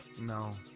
No